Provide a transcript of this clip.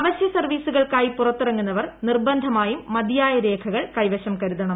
അവശ്ല്യ സർവ്വീസുകൾക്കായി പുറത്തിറങ്ങുന്നവർ നിർബന്ധമായും മൃതിയായ രേഖകൾ കൈവശം കരുതണം